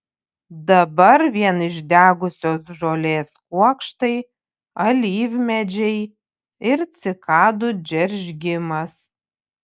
dabar vien išdegusios žolės kuokštai alyvmedžiai ir cikadų džeržgimas